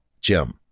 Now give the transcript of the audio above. Jim